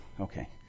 Okay